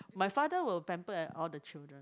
my father will pamper at all the children